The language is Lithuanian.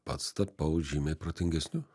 pats tapau žymiai protingesniu